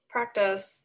practice